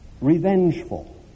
revengeful